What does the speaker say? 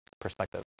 perspective